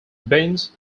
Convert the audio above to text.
beans